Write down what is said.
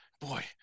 Boy